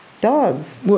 dogs